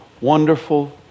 wonderful